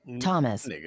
Thomas